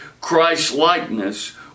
Christ-likeness